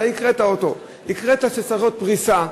אתה הקראת שצריכה להיות פריסה,